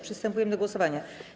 Przystępujemy do głosowania.